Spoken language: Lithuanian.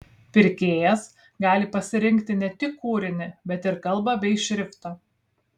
pirkėjas gali pasirinkti ne tik kūrinį bet ir kalbą bei šriftą